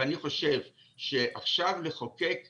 אני חושב שעכשיו לחוקק חוק,